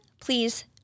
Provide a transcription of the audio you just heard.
please